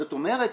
זאת אומרת,